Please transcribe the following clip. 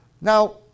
Now